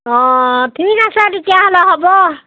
অঁ ঠিক আছে তেতিয়াহ'লে হ'ব